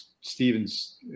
Stephen's